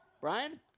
Brian